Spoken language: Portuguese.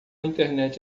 internet